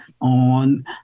on